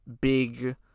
big